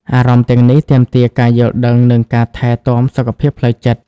អារម្មណ៍ទាំងនេះទាមទារការយល់ដឹង និងការថែទាំសុខភាពផ្លូវចិត្ត។